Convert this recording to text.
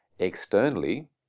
externally